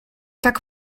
tak